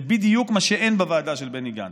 זה בדיוק מה שאין בוועדה של בני גנץ.